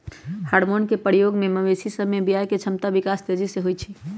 hormone के प्रयोग से मवेशी सभ में बियायके क्षमता विकास तेजी से होइ छइ